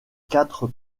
quatre